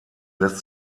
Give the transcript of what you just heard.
lässt